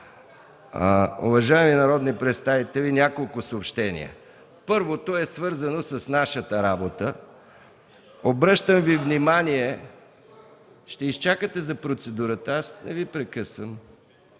Уважаеми народни представители, няколко съобщения. Първото е свързано с нашата работа. Обръщам Ви внимание... (Реплики от ГЕРБ.) Ще изчакате за процедурата. Аз не Ви прекъсвам!